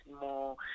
more